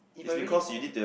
if I really found the